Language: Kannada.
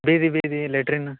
ಭೇದಿ ಭೇದಿ ಲೆಟ್ರೀನು